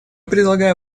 предлагаем